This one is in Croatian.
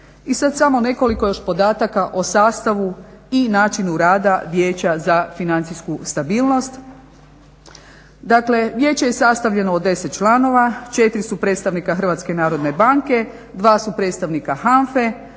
I sada samo još nekoliko podataka o sastavu i načinu rada Vijeća za financijsku stabilnost. Dakle vijeće je sastavljeno od 10 članova, 4 su predstavnika HNB-a, 2 su predstavnika HANFA-e,